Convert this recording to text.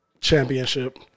championship